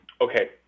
okay